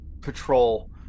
patrol